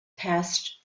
passed